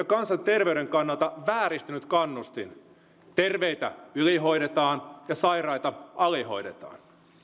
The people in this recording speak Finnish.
kansanterveyden kannalta vääristynyt kannustin terveitä ylihoidetaan ja sairaita alihoidetaan